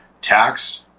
tax